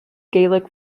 gaelic